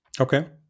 Okay